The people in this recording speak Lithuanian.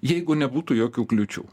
jeigu nebūtų jokių kliūčių